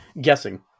guessing